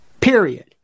Period